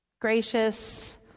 Gracious